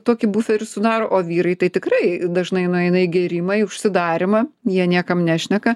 tokį buferį sudaro o vyrai tai tikrai dažnai nueina į gėrimą į užsidarymą jie niekam nešneka